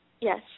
Yes